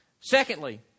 Secondly